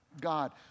God